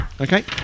Okay